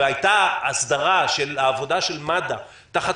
והייתה הסדרה של עבודה של מד"א תחת